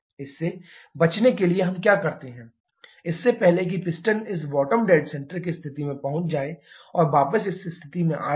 इससे बचने के लिए कि हम क्या करते हैं इससे पहले कि पिस्टन इस बॉटम डैड सेंटर की स्थिति में पहुंच जाए और वापस इस स्थिति में आ जाए